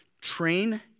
train